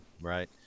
right